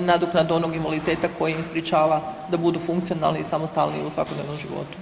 nadoknadu onog invaliditeta koji im sprječava da budu funkcionalni i samostalniji u svakodnevnom životu.